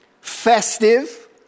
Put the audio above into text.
festive